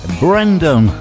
Brandon